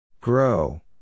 Grow